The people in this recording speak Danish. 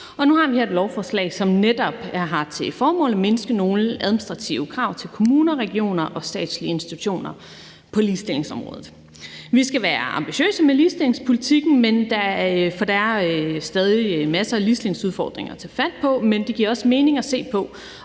nu har vi her et lovforslag, som netop har til formål at mindske nogle administrative krav til kommuner, regioner og statslige institutioner på ligestillingsområdet. Vi skal være ambitiøse med ligestillingspolitikken, for der er stadig masser af ligestillingsudfordringer at tage fat på, men det giver også mening at se på,